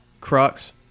Crux